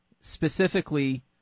specifically –